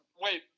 Wait